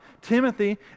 Timothy